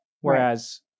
Whereas